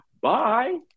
Bye